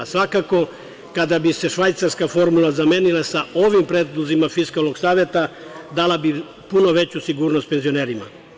Svakako, kada bi se švajcarska formula zamenila sa ovim predlozima Fiskalnog saveta, dala bi puno veću sigurnost penzionerima.